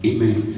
Amen